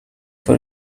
for